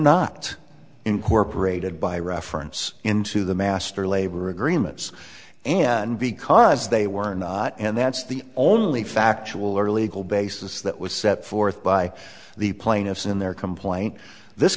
not incorporated by reference into the master labor agreements and because they were not and that's the only factual or legal basis that was set forth by the plaintiffs in their complaint this